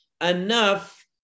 enough